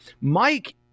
Mike